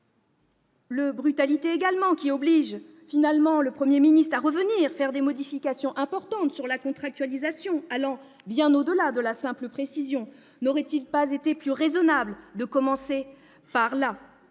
même brutalité a aussi obligé le Premier ministre à faire des modifications importantes sur la contractualisation, allant bien au-delà de la simple précision. N'aurait-il pas été plus raisonnable de commencer par là ?